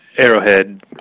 Arrowhead